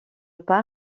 pas